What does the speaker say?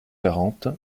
quarante